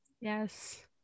yes